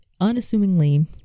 unassumingly